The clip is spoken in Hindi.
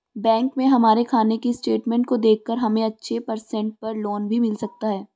बैंक में हमारे खाने की स्टेटमेंट को देखकर हमे अच्छे परसेंट पर लोन भी मिल सकता है